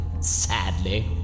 sadly